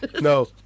no